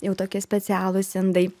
jau tokie specialūs indai